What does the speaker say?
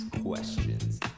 questions